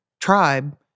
tribe